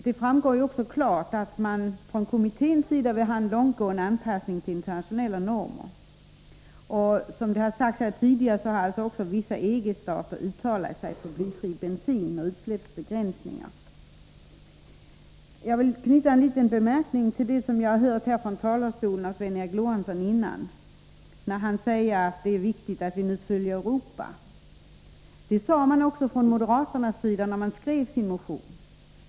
Det framgår klart att man från kommitténs sida vill ha en långtgående anpassning till internationella normer. Som tidigare sagts här har också vissa EG-stater uttalat sig för blyfri bensin och utsläppsbegränsningar. Jag vill knyta en liten anmärkning till det som jag nyss hörde Sven Eric Lorentzon säga här från talarstolen, att det är viktigt att vi nu följer samma mönster som det övriga Europa. Det sade moderaterna också när de skrev sin motion.